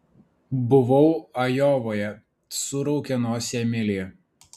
buvau ajovoje suraukė nosį emilija